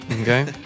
Okay